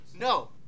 no